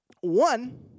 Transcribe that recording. One